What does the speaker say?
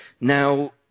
Now